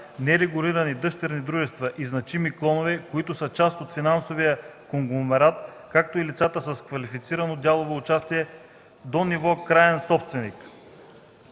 нерегулирани дъщерни дружества и значими клонове, които са част от финансовия конгломерат, както и лицата с квалифицирано дялово участие до ниво краен собственик;”